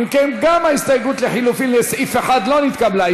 אם כן, גם ההסתייגות לחלופין לסעיף 1 לא נתקבלה.